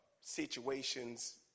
situations